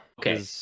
Okay